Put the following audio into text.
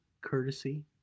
courtesy